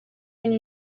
une